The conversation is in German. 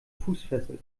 fußfessel